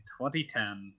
2010